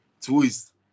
twist